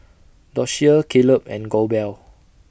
Doshia Caleb and Goebel